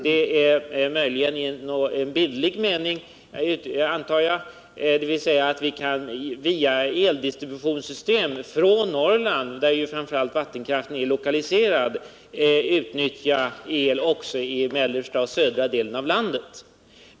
Det är, antar jag, i bildlig mening, dvs. att vi via eldistributionssystem från Norrland, där vattenkraften framför allt är lokaliserad, kan utnyttja el också i mellersta och södra delen av landet.